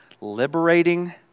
liberating